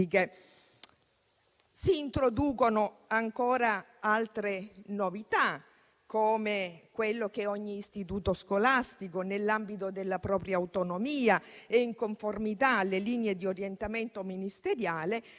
Si introducono ancora altre novità, come quella che ogni istituto scolastico, nell'ambito della propria autonomia e in conformità alle linee di orientamento ministeriale,